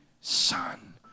son